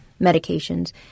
medications